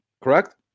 Correct